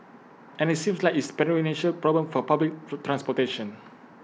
and IT seems like it's A perennial problem for public transportation